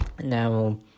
Now